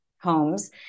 homes